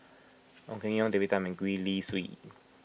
Ong Keng Yong David Tham and Gwee Li Sui